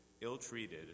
ill-treated